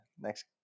next